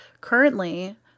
currently